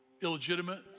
illegitimate